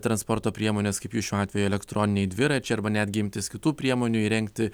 transporto priemones kaip jūs šiuo atveju elektroniniai dviračiai arba netgi imtis kitų priemonių įrengti